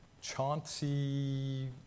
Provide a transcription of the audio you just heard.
Chauncey